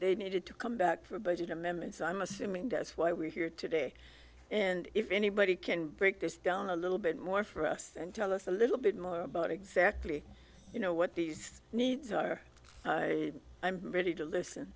they needed to come back for a budget amendment so i'm assuming that's why we're here today and if anybody can break this down a little bit more for us and tell us a little bit more about exactly you know what these needs are i'm ready to listen